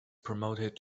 promoted